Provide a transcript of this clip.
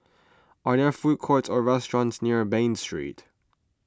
are there food courts or restaurants near Bain Street